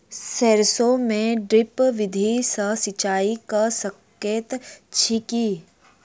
सैरसो मे ड्रिप विधि सँ सिंचाई कऽ सकैत छी की?